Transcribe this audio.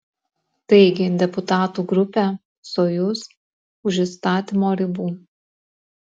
taigi deputatų grupė sojuz už įstatymo ribų